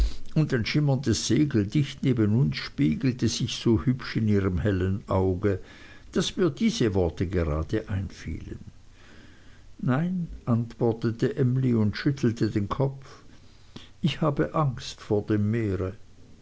und ein schimmerndes segel dicht neben uns spiegelte sich so hübsch in ihrem hellen auge daß mir diese worte gerade einfielen nein antwortete emly und schüttelte den kopf ich habe angst vor dem meere